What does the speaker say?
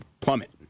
plummet